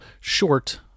short